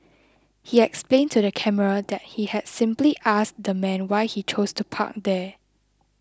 he explained to the camera that he had simply asked the man why he chose to park there